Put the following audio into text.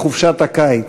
לחופשת הקיץ.